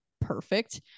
perfect